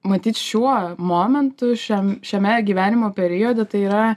matyt šiuo momentu šiam šiame gyvenimo periode tai yra